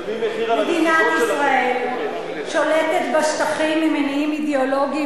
מדינת ישראל שולטת בשטחים ממניעים אידיאולוגיים